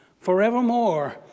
forevermore